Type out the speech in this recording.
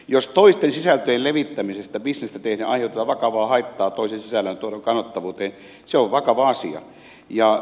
jos toisten sisältöjen levittämisellä bisnestä tehden aiheutetaan vakavaa haittaa toisen sisällöntuoton kannattavuudelle se on vakava asia